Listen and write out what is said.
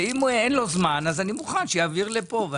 ואם אין לו זמן, אז אני מוכן שיעביר לפה.